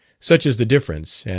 such is the difference,